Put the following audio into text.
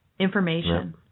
Information